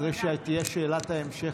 אחרי שתהיה שאלת ההמשך,